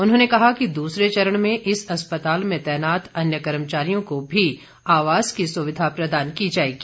उन्होंने कहा कि दूसरे चरण में इस अस्पताल में तैनात अन्य कर्मचारियों को भी आवास की सुविधा प्रदान की जाएगी